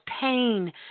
pain